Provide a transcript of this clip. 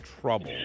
trouble